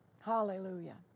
Hallelujah